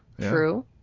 true